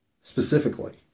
specifically